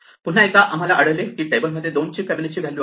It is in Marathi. पुन्हा एकदा आम्हाला आढळले की टेबलमध्ये 2 ची फिबोनाची व्हॅल्यू आहे